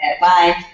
Bye